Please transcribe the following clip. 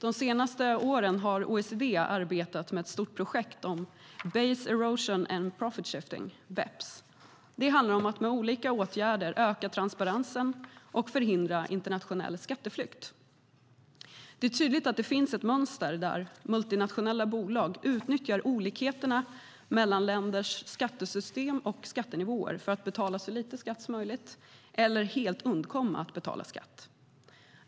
De senaste åren har OECD arbetat med ett stort projekt om base erosion and profit shifting, BEPS. Det handlar om att med olika åtgärder öka transparensen och förhindra internationell skatteflykt. Det är tydligt att det finns ett mönster där multinationella bolag utnyttjar olikheterna mellan länders skattesystem och skattenivåer för att betala så lite skatt som möjligt eller helt undkomma att betala skatt.